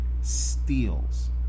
Steals